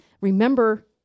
remember